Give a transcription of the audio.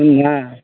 ಹ್ಞೂ ಹಾಂ